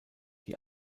die